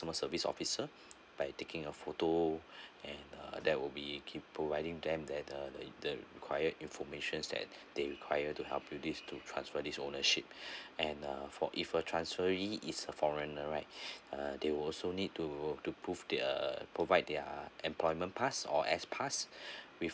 ~tomer service officer by taking a photo and uh that will be keep providing them the the require informations that they required to help do this to transfer this ownership and uh for if a transferee is a foreigner right uh they will also need to to prove their provide their employment pass or S pass with